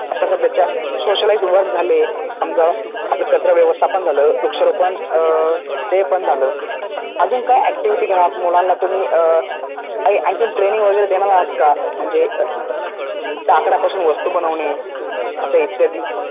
आता सध्याच्या socialise work झाले समजा आपलं कचरा व्यवस्थापन झालं वृक्षारोपण ते पण झालं अजून काय ॲक्टिव्हिटी घेणार मुलांना तुम्ही काही आणखीन ट्रेनिंग वगैरे देणार आहात का म्हणजे लाकडापासून वस्तू बनवणे असं इत्यादी